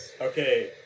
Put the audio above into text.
Okay